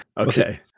Okay